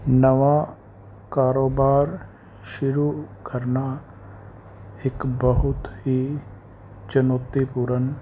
ਨਵਾਂ ਕਾਰੋਬਾਰ ਸ਼ੁਰੂ ਕਰਨਾ ਇੱਕ ਬਹੁਤ ਹੀ ਚੁਣੌਤੀਪੂਰਨ